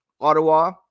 Ottawa